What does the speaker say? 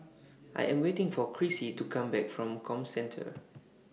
I Am waiting For Crissy to Come Back from Comcentre